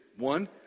One